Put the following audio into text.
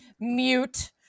mute